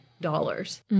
dollars